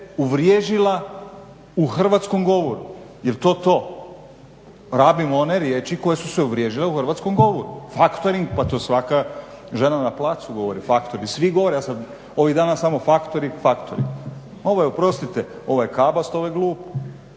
uvriježila u hrvatskom govoru. Jel to to? Rabimo one riječi koje su se uvriježile u hrvatskom govoru. Factoring, pa to svaka žena na placu govori, factoring, svi govore, ovih dana samo factoring, factoring. Ovo je oprostite, ovo je …, ovo je glupo.